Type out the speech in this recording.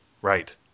Right